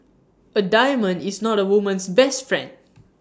A diamond is not A woman's best friend